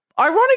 Ironic